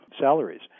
salaries